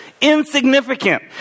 insignificant